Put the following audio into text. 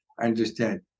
understand